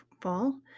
fall